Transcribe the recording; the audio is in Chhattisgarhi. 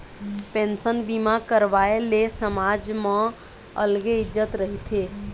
पेंसन बीमा करवाए ले समाज म अलगे इज्जत रहिथे